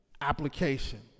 application